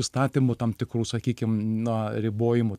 įstatymų tam tikrų sakykim na ribojimų